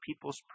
peoples